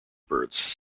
birds